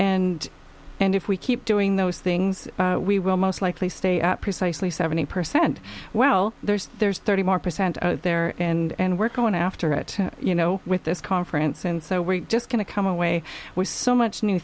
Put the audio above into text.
and and if we keep doing those things we will most likely stay at precisely seventy percent well there's there's thirty percent there and we're going after it you know with this conference and so we're just going to come away with so much new